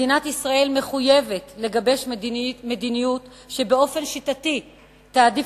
מדינת ישראל מחויבת לגבש מדיניות שבאופן שיטתי תעדיף